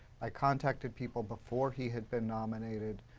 i contacted people before he had been nominated.